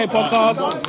Podcast